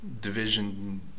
division